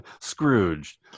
Scrooge